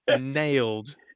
nailed